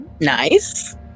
Nice